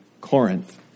Corinth